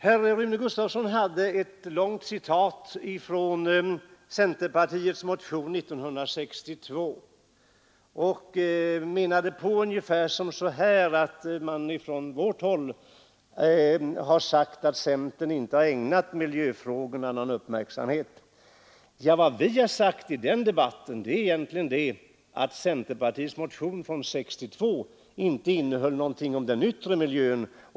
Herr Rune Gustavsson i Alvesta hade ett långt citat ur en motion av centerpartiet 1962 och menade ungefär som så att man från vårt håll har sagt att centern inte har ägnat miljöfrågorna någon uppmärksamhet. Vad vi har sagt i den debatten är egentligen det att centerpartiets motion från 1962 inte innehöll något om den yttre miljön.